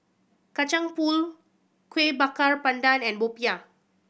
Kacang Pool Kueh Bakar Pandan and popiah